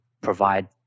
provide